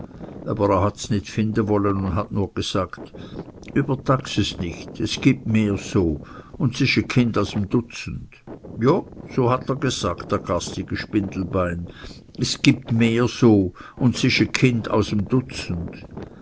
er hat's nit finde wolle und hat nur g'sagt übertax es nit es gibt mehr so un's ischt e kind aus m dutzend jo so hat er g'sagt der garstige spindelbein s gibt mehr so un's ischt e kind aus m dutzend